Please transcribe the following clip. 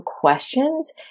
questions